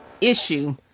issue